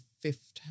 fifth